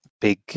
big